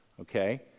Okay